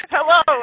Hello